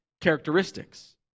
characteristics